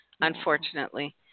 unfortunately